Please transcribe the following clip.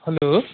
hello